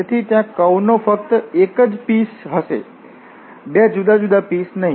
તેથી ત્યાં કર્વ નો ફક્ત એક જ પીસ ભાગ હશે બે જુદા જુદા પીસ નહીં